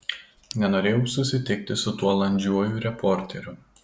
nenorėjau susitikti su tuo landžiuoju reporteriu